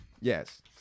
Yes